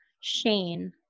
Shane